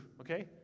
okay